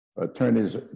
attorneys